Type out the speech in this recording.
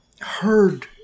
heard